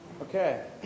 Okay